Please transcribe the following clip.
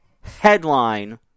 headline